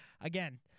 again